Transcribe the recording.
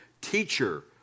teacher